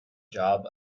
job